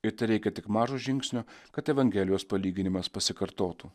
ir tereikia tik mažo žingsnio kad evangelijos palyginimas pasikartotų